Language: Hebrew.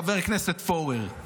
חבר הכנסת פורר,